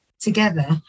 together